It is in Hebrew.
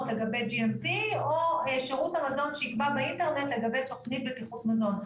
לגבי GMP או שירותה חזון שייקבע באינטרנט לגבי תוכנית בטיחות מזון,